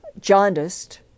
jaundiced